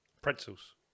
Pretzels